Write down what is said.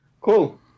Cool